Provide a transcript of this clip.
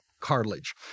cartilage